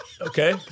Okay